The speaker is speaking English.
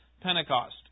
Pentecost